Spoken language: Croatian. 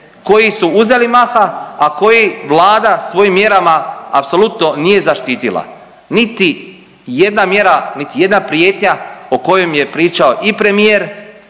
koji su uzeli maha, a koji Vlada svojim mjerama apsolutno nije zaštitila. Niti jedna mjera, niti jedna prijetnja o kojem je pričao i premijer